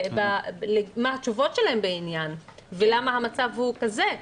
ומה התשובות שלהם בעניין ולמה המצב הוא כזה.